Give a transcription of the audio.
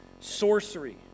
sorcery